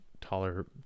taller